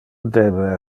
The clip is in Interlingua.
debe